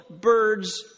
bird's